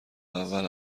اول